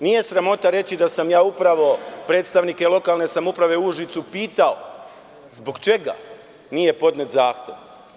Nije sramota reći da sam ja upravo predstavnike lokalne samouprave u Užicu pitao – zbog čega nije podnet zahtev?